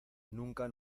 nunca